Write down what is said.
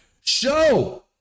Show